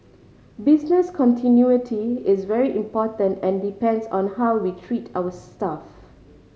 business continuity is very important and depends on how we treat our staff